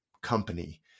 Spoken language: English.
company